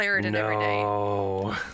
No